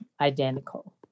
identical